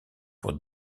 pour